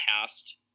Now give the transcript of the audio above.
past